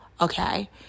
Okay